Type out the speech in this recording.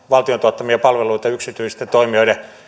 valtion tuottamia palveluita yksityisten toimijoiden